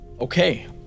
Okay